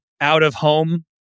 out-of-home